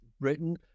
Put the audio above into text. Britain